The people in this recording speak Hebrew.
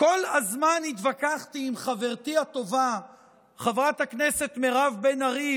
כל הזמן התווכחתי עם חברתי הטובה חברת הכנסת מירב בן ארי,